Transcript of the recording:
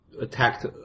attacked